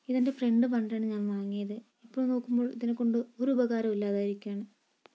ഇത് എന്റെ ഫ്രണ്ട് പറഞ്ഞിട്ടാണ് ഞാൻ വാങ്ങിയത് ഇപ്പോൾ നോക്കുമ്പോൾ ഇതിനെക്കൊണ്ട് ഒരു ഉപകാരവും ഇല്ലാതായിരിക്കുകയാണ്